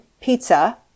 Pizza